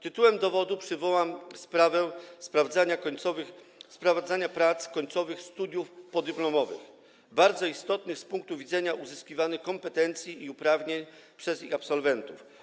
Tytułem dowodu przywołam sprawę sprawdzania prac końcowych studiów podyplomowych, bardzo istotnych z punktu widzenia uzyskiwanych kompetencji i uprawnień przez ich absolwentów.